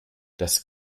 das